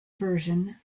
version